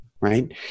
right